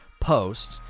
post